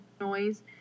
noise